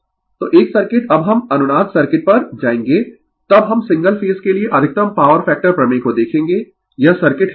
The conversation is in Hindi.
Refer slide Time 1737 तो एक सर्किट अब हम अनुनाद सर्किट पर जाएंगें तब हम सिंगल फेज के लिए अधिकतम पॉवर फैक्टर प्रमेय को देखेंगें यह सर्किट है